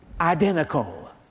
identical